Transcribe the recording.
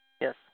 Yes